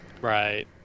Right